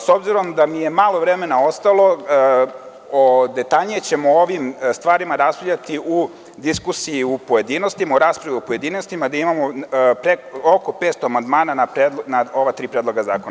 S obzirom da mi je malo vremena ostalo, detaljnije ćemo o ovim stvarima raspravljati u diskusiji u pojedinostima, u raspravi u pojedinostima gde imamo oko 500 amandmana na ova tri predloga zakona.